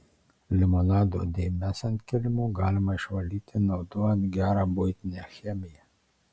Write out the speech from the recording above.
limonado dėmes ant kilimo galima išvalyti naudojant gerą buitinę chemiją